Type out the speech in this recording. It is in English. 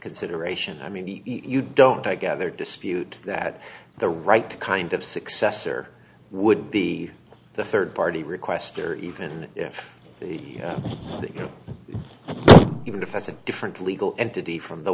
consideration i mean you don't i gather dispute that the right kind of successor would be the third party requester even if the even if that's a different legal entity from the